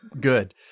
good